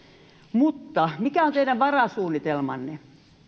mutta mikä on teidän varasuunnitelmanne